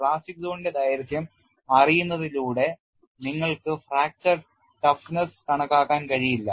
plastic സോണിന്റെ ദൈർഘ്യം അറിയുന്നതിലൂടെ നിങ്ങൾക്ക് ഫ്രാക്ചർ ടഫ്നെസ് കണക്കാക്കാൻ കഴിയില്ല